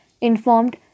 informed